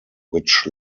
which